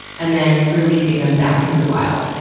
and then releasing them back into the wild.